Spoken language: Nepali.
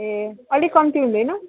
ए अलिक कम्ती हुँदैन